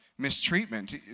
mistreatment